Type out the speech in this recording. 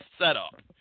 setup